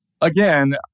again